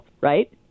right